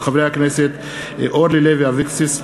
הצעתם של חברי הכנסת אורלי לוי אבקסיס,